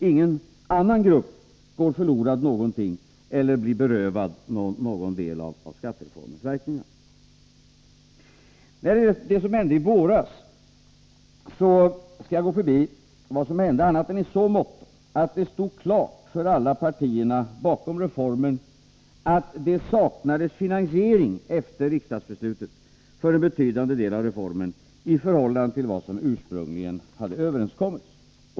Ingen annan grupp går förlustig någonting eller blir berövad någon del av skattereformens verkningar. Det som hände i våras skall jag förbigå, förutom att det stod klart för alla partier bakom reformen att det efter riksdagsbeslutet saknades finansiering för en betydande del av reformen i förhållande till vad som ursprungligen hade överenskommits.